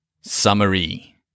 Summary